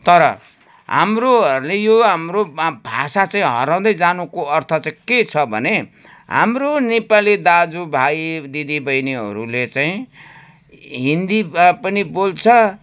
तर हाम्रोहरूले यो हाम्रो भाषा चाहिँ हराउँदै जानुको अर्थ चाहिँ के छ भने हाम्रो नेपाली दाजुभाइ दिदीबहिनीहरूले चाहिँ हिन्दी पनि बोल्छ